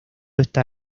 está